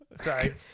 Sorry